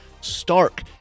stark